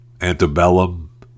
antebellum